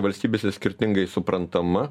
valstybėse skirtingai suprantama